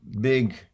big